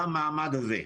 במעמד הזה.